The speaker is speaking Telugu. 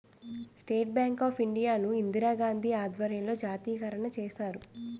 స్టేట్ బ్యాంక్ ఆఫ్ ఇండియా ను ఇందిరాగాంధీ ఆధ్వర్యంలో జాతీయకరణ చేశారు